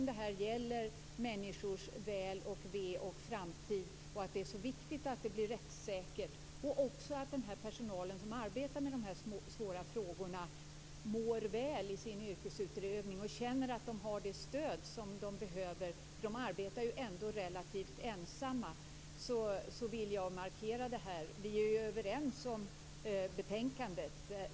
Det här gäller människors väl och ve och deras framtid, och det är viktigt att det blir rättssäkert och att den personal som arbetar med de här svåra frågorna mår väl i sin yrkesutövning och känner att de har det stöd som de behöver - de arbetar ju relativt ensamma. Därför vill jag markera det här. Vi är överens om betänkandet.